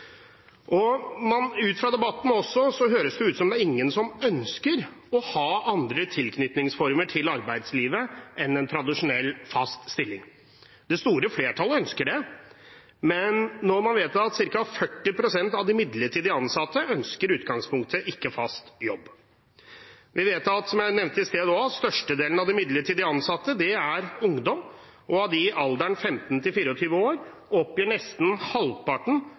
men man vet at ca. 40 pst. av de midlertidig ansatte i utgangspunktet ikke ønsker fast jobb. Vi vet også, som jeg nevnte i sted, at størstedelen av de midlertidig ansatte er ungdom, og av dem i alderen 15–24 år oppgir nesten halvparten